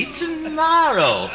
tomorrow